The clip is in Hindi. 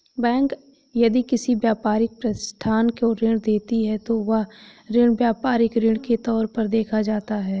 बैंक यदि किसी व्यापारिक प्रतिष्ठान को ऋण देती है तो वह ऋण व्यापारिक ऋण के तौर पर देखा जाता है